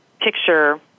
picture